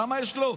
למה יש לו?